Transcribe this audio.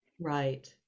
right